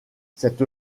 cette